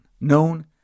known